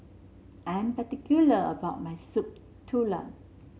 I'm particular about my Soup Tulang